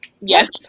Yes